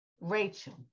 Rachel